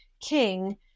king